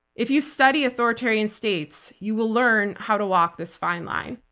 if you study authoritarian states, you will learn how to walk this fine line.